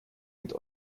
mit